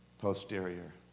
Posterior